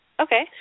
Okay